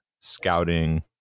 scouting